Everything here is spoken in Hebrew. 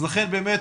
לכן באמת,